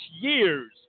years